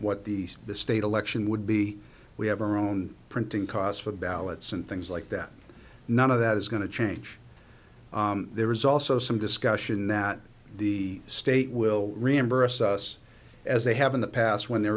what these the state election would be we have our own printing costs for ballots and things like that none of that is going to change there is also some discussion that the state will reimburse us as they have in the past when there